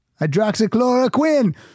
Hydroxychloroquine